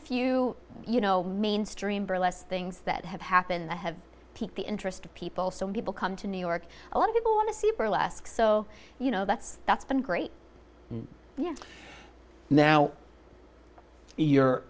few you know mainstream burlesque things that have happened that have piqued the interest of people so people come to new york a lot of people want to see burlesque so you know that's that's been great yeah now you're